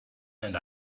and